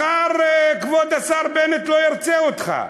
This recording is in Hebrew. מחר כבוד השר בנט לא ירצה אותך.